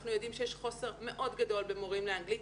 אנחנו יודעים שיש חוסר מאוד גדול במורים לאנגלית,